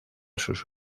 sus